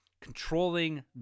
controlling